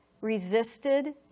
resisted